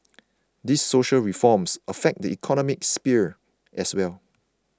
these social reforms affect the economic sphere as well